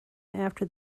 after